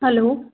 hello